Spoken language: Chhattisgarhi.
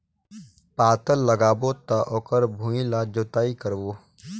पातल लगाबो त ओकर भुईं ला जोतई करबो?